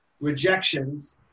rejections